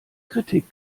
kritik